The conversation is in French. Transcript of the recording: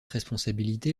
responsabilité